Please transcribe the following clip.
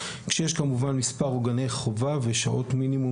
כשיש כמובן מספר עוגני חובה ושעות מינימום